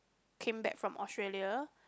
came back from Australia